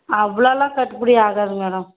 அவ்வளோலாம் கட்டுப்படி ஆகாது மேடம்